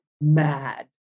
mad